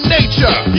Nature